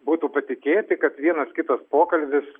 būtų patikėti kad vienas kitas pokalbis